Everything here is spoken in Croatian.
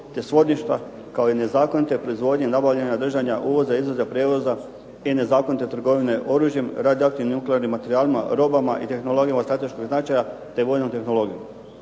te svodništva kao i nezakonite proizvodnje nabavljanja, držanja, uvoza, izvoza, prijevoza i nezakonite trgovine oružjem, radioaktivnim nuklearnim materijalima, robama i tehnologijama od strateškog značaja, te vojnom tehnologijom.